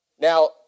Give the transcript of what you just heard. Now